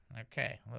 Okay